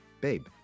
Babe